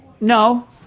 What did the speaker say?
no